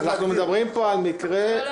הנה,